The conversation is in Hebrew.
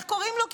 איך קוראים לו?